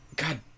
God